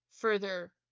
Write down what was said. further